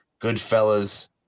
Goodfellas